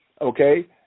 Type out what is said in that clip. okay